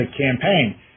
campaign